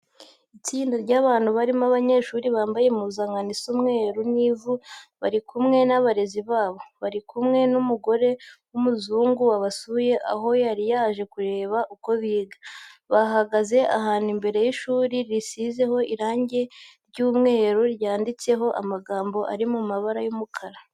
Itsinda ry'abantu barimo abanyeshuri bambaye impuzankano isa umweru n'ivu bari kumwe n'abarezi babo. Bari kumwe n'umugore w'umuzungu wabasuye aho yari yaje kureba uko biga. Bahagaze ahantu imbere y'ishuri risizeho irange ry'umweru ryanditsemo amagambo ari mu ibara ry'umukara.